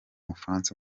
bufaransa